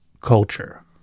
culture